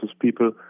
people